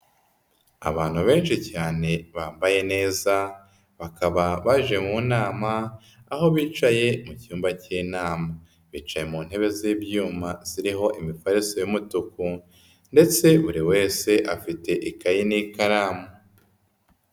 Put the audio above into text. Abantu benshi cyane bambaye neza bakaba baje mu nama aho bicaye mu cyumba cy'inama, bicaye mu ntebe z'ibyuma ziriho imifariso y'umutuku ndetse buri wese afite ikayi n'ikaramu.